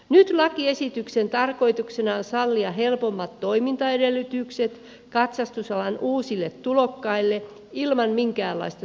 nyt lakiesityksen tarkoituksena on sallia helpommat toimintaedellytykset katsastusalan uusille tulokkaille ilman minkäänlaista siirtymäaikaa